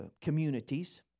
communities